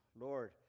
Lord